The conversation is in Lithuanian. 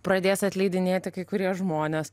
pradės atleidinėti kai kurie žmonės